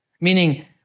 meaning